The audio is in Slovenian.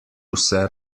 vse